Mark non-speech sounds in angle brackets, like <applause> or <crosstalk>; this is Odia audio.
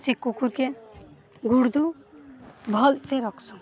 ସେ କୁକୁରକୁ <unintelligible> ଭଲରେ ରଖୁଛୁ